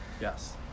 yes